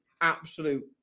absolute